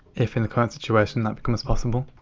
if in the current situation that becomes possible.